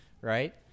right